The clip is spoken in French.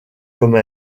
comme